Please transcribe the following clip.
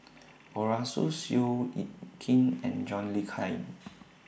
Arasu Seow Yit Kin and John Le Cain